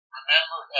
remember